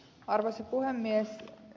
arvoisa puhemies